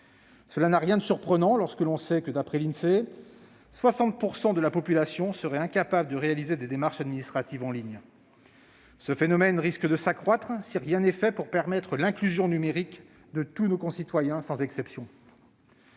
Cela n'a rien de surprenant, lorsque l'on sait que, d'après l'Insee, 60 % de la population serait incapable de réaliser des démarches administratives en ligne. Ce phénomène risque de s'accroître si rien n'est fait pour permettre l'inclusion numérique de tous nos concitoyens sans exception.